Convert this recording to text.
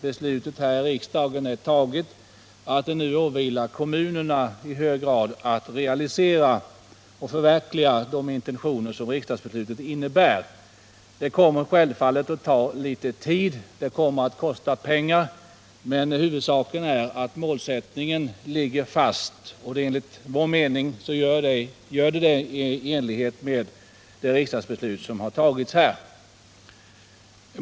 Beslutet här i riksdagen är fattat, och det åvilar nu i hög grad kommunerna att förverkliga de in tentioner som ligger bakom riksdagsbeslutet. Det kommer självfallet att ta litet tid och det kommer att kosta pengar, men huvudsaken är att målsättningen ligger fast, och det gör den enligt vår mening efter det riksdagsbeslut som har fattats.